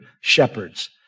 shepherds